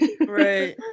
Right